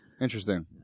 Interesting